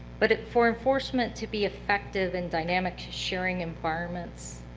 but for enforcement to be effective in dynamic sharing environments,